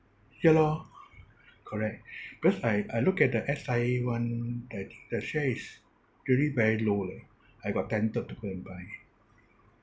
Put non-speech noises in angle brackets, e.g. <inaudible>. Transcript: ya lor correct <breath> because I I look at the S_I_A [one] I think the share is really very low leh I got tempted to go and buy